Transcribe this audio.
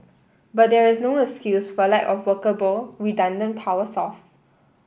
but there is no excuse for lack of workable redundant power source